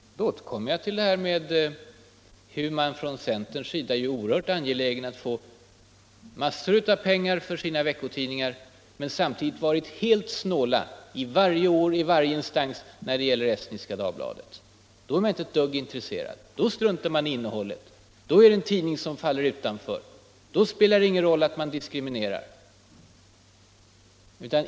Då återkommer jag till att centern är oerhört angelägen om att få massor av pengar till sina veckotidningar men samtidigt har varit helt avvisande varje år i varje instans när det gäller Estniska Dagbladet. När det gäller den tidningen är centern inte ett dugg intresserad. Då struntar man i ”innehållet”. Då är det en tidning som faller utanför, då spelar det ingen roll att man diskriminerar.